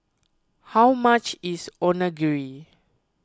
how much is Onigiri